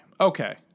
okay